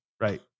Right